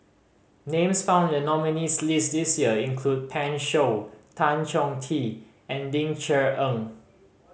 names found in the nominees' list this year include Pan Shou Tan Chong Tee and Ling Cher Eng